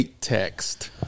text